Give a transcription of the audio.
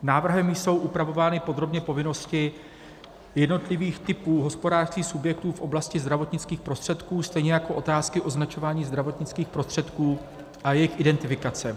Návrhem jsou upravovány podrobně povinnosti jednotlivých typů hospodářských subjektů v oblasti zdravotnických prostředků stejně jako otázky označování zdravotnických prostředků a jejich identifikace.